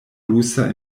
rusa